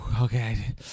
Okay